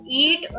eat